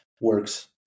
works